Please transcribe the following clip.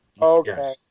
Okay